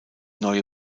neue